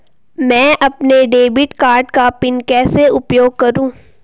मैं अपने debit card का पिन कैसे उपयोग करूँ?